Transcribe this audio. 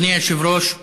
אדוני היושב-ראש,